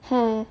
hmm